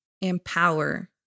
empower